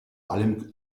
allem